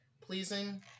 pleasing